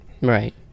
Right